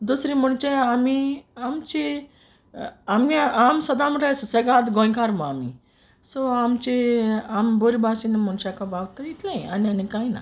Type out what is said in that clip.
दुसरें म्हुणचे आमी आमची आमी आमी सोदां म्हुणटाय सुसेगाद गोंयकार म्हू आमी सो आमची आमी बोर भाशीन मुनशांको वागताय इतलेंय आनी आनी कांय ना